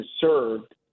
served